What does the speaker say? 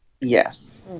Yes